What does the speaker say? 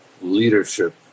leadership